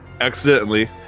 accidentally